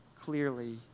clearly